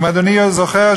אם אדוני זוכר,